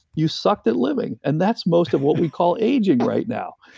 you sucked at living. and that's most of what we call aging right now.